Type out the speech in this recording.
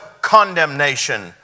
condemnation